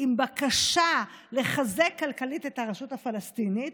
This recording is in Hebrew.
עם בקשה לחזק כלכלית את הרשות הפלסטינית,